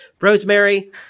Rosemary